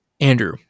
Andrew